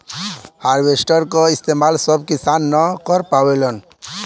harvester क इस्तेमाल सब किसान न कर पावेलन